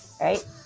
right